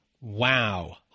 wow